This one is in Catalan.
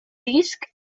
disc